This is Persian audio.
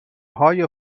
های